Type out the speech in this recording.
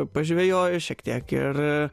pažvejoju šiek tiek ir